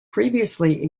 previously